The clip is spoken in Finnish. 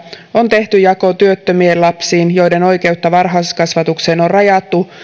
on tehty jako työttömien lapsiin joiden oikeutta varhaiskasvatukseen on rajattu